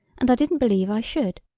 and i didn't believe i should.